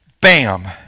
Bam